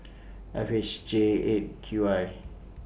F H J eight Q I